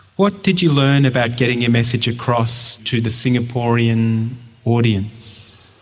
what did you learn about getting your message across to the singaporean audience?